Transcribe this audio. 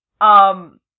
Um-